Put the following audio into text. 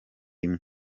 imwe